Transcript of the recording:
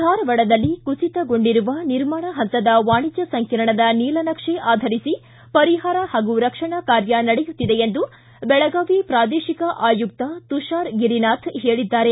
ಧಾರವಾಡದಲ್ಲಿ ಕುಸಿತಗೊಂಡಿರುವ ನಿರ್ಮಾಣ ಹಂತದ ವಾಣಿಜ್ವ ಸಂಕೀರ್ಣದ ನೀಲನಕ್ಷೆ ಆಧರಿಸಿ ಪರಿಹಾರ ಹಾಗೂ ರಕ್ಷಣಾ ಕಾರ್ಯ ನಡೆಯುತ್ತಿದೆ ಎಂದು ಬೆಳಗಾವಿ ಪ್ರಾದೇಶಿಕ ಆಯುಕ್ತ ತುಷಾರ ಗಿರಿನಾಥ ಹೇಳಿದ್ದಾರೆ